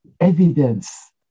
evidence